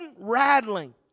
rattling